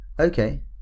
Okay